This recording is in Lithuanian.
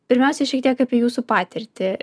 pirmiausia šiek tiek apie jūsų patirtį